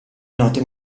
note